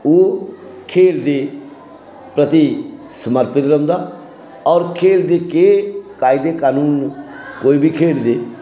ओह् खेल दे प्रति समर्पत रौंह्दा होर खेल दे केह् कायदे कनून न कोई बी खेढ दे